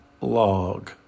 log